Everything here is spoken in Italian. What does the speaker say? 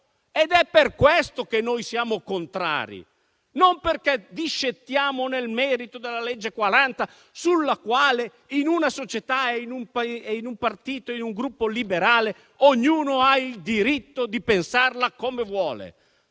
È per questo che noi siamo contrari, e non perché discettiamo nel merito della legge n. 40, su cui in una società, un partito o un gruppo liberale ognuno ha il diritto di pensarla come vuole.